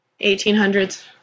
1800s